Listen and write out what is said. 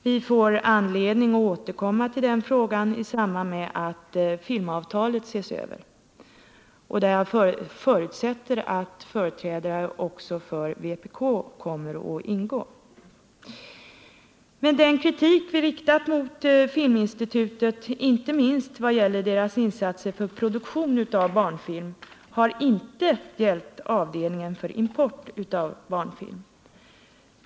Vi får anledning återkomma till den frågan i samband med att filmavtalet ses över — och där förutsätter jag att också företrädare för vpk kommer att ingå. Den kritik vi riktat mot filminstitutet, inte minst vad gäller dess insatser för produktion av barnfilm, har dock inte gällt avdelningen för import av barnfilm.